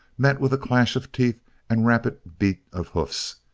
met with a clash of teeth and rapid beat of hoofs,